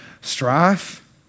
Strife